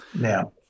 Now